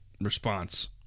response